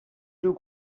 deux